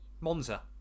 Monza